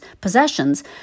possessions